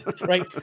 Right